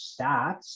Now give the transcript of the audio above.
stats